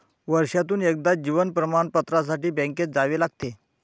वर्षातून एकदा जीवन प्रमाणपत्रासाठी बँकेत जावे लागते